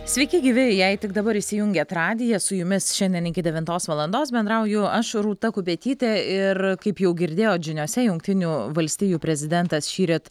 sveiki gyvi jei tik dabar įsijungėt radiją su jumis šiandien iki devintos valandos bendrauju aš rūta kupetytė ir kaip jau girdėjot žiniose jungtinių valstijų prezidentas šįryt